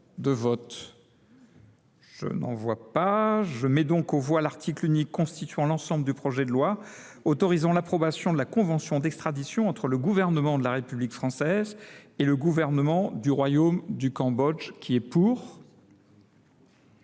aux voix, dans le texte de la commission, l’article unique constituant l’ensemble du projet de loi autorisant l’approbation de la convention d’extradition entre le gouvernement de la République française et le gouvernement du royaume du Cambodge. Mes chers